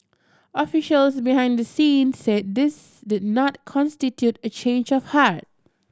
officials behind the scenes said this did not constitute a change of heart